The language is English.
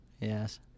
Yes